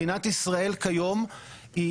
מדינת ישראל כיום היא